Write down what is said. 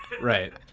Right